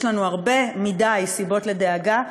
יש לנו הרבה מדי סיבות לדאגה.